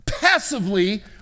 passively